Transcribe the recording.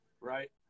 right